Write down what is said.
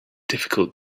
difficult